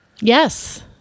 yes